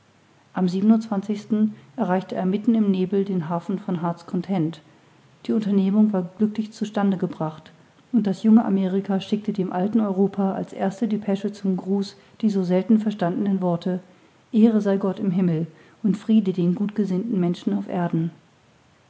am erreichte er mitten im nebel den hafen von heart's content die unternehmung war glücklich zu stande gebracht und das junge amerika schickte dem alten europa als erste depesche zum gruß die so selten verstandenen worte ehre sei gott im himmel und friede den gut gesinnten menschen auf erden